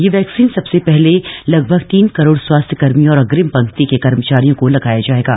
यह वैक्सीन सबसे पहले लगभग तीन करोड़ स्वास्थ्य कर्मियों और अग्रिम पंक्ति के कर्मचारियों को लगाया जाएगा